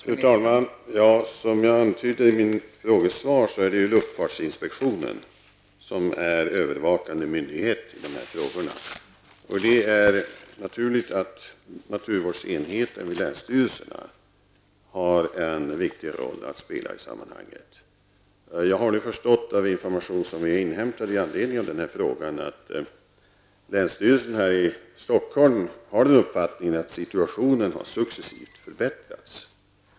Fru talman! Som jag antydde i mitt frågesvar är det luftfartsinspektionen som är övervakande myndighet i dessa frågor. Det är naturligt att naturvårdsenheten vid länsstyrelserna har en viktig roll att spela i sammanhanget. Jag har förstått av information som jag har inhämtat med anledning av den här frågan att länsstyrelsen i Stockholm har uppfattningen att situationen successivt har förbättrats.